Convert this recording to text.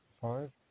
Five